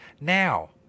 Now